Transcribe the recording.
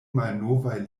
malnovaj